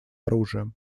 оружием